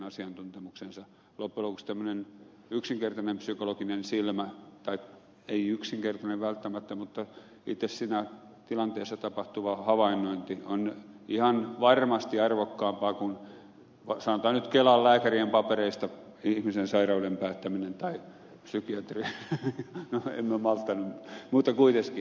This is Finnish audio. loppujen lopuksi tämmöinen yksinkertainen psykologinen silmä tai ei yksinkertainen välttämättä mutta itse siinä tilanteessa tapahtuva havainnointi on ihan varmasti arvokkaampaa kuin sanotaan nyt kelan lääkärien papereista ihmisen sairauden päättäminen tai psykiatrin no en malttanut mutta kuitenkin